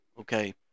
Okay